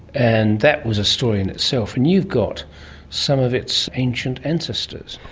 and that was a story in itself. and you've got some of its ancient ancestors.